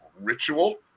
ritual